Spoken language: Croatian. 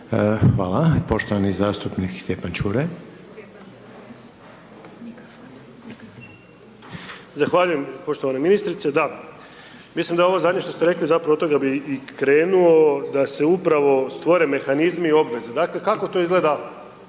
Hvala, poštovani zastupnik Stjepan Ćuraj. **Čuraj, Stjepan (HNS)** Zahvaljujem poštovana ministrice, da mislim da je ovo zadnje što ste rekli zapravo od toga bi i krenuo, da se upravo stvore mehanizmi obveze, dakle kako to izgleda,